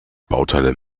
bauteile